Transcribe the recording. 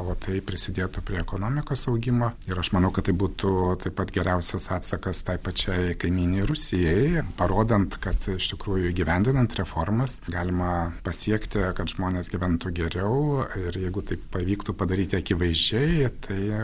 o tai prisidėtų prie ekonomikos augimo ir aš manau kad tai būtų taip pat geriausias atsakas tai pačiai kaimynei rusijai parodant kad iš tikrųjų įgyvendinant reformas galima pasiekti kad žmonės gyventų geriau ir jeigu taip pavyktų padaryti akivaizdžiai tai